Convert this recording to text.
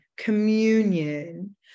communion